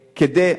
אדוני,